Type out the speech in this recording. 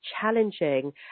challenging